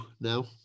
now